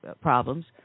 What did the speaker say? problems